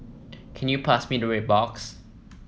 can you pass me the red box